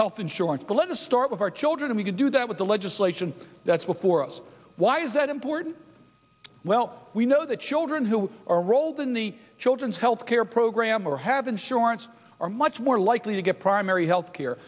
health insurance plan to start with our children we can do that with the legislation that's before us why is that important well we know that children who are rolled in the children's health care program or have insurance are much more likely to get primary health care